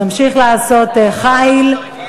תמשיך לעשות חיל,